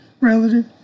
relative